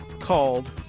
called